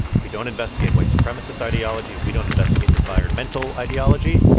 we don't investigate white supremacist ideology. we don't investigate environmental ideology.